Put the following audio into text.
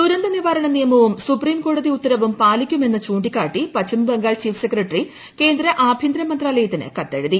ദുരന്ത നിവാരണ നിയമവും സുപ്രീം കോടതി ഉത്തരവും പാലിക്കുമെന്ന് ചൂണ്ടിക്കാട്ടി പശ്ചിമ ബംഗാൾ ചീഫ് സെക്രട്ടറി കേന്ദ്ര ആഭ്യന്തര മന്ത്രാലയത്തിനു കത്തെഴുതി